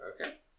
Okay